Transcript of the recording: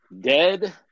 Dead